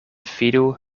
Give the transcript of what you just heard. fidu